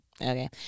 okay